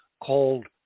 called